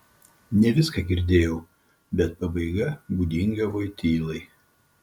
ne viską girdėjau bet pabaiga būdinga voitylai